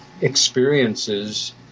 experiences